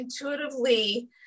intuitively